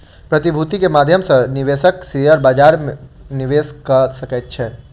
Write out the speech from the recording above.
प्रतिभूति के माध्यम सॅ निवेशक शेयर बजार में निवेश कअ सकै छै